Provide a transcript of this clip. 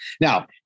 Now